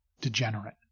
degenerate